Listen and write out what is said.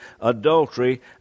adultery